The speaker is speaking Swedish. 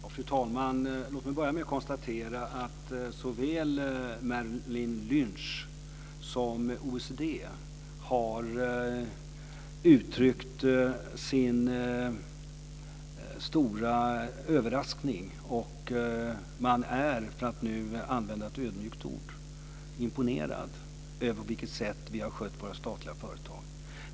Fru talman! Låt mig börja med att konstatera att såväl Merrill Lynch som OECD har uttryckt sin stora överraskning och att man, för att nu använda ett ödmjukt ord, är imponerad av det sätt på vilket vi har skött våra statliga företag.